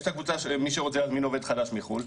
יש את הקבוצה של מי שרוצה להזמין עכשיו עובד חדש מחו"ל,